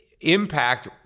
impact